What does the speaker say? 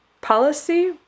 policy